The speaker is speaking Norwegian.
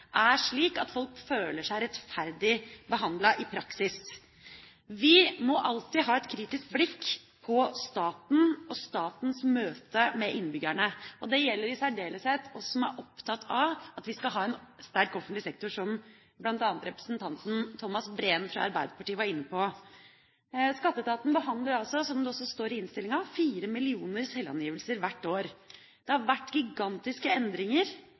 er slik at folk i praksis føler seg rettferdig behandlet. Vi må alltid ha et kritisk blikk på staten og statens møte med innbyggerne. Det gjelder i særdeleshet oss som er opptatt av at vi skal ha en sterk offentlig sektor, som bl.a. representanten Thomas Breen fra Arbeiderpartiet var inne på. Skatteetaten behandler altså, som det også står i innstillinga, fire millioner selvangivelser hvert år. Det har vært gigantiske endringer